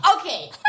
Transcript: okay